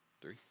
three